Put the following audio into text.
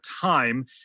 time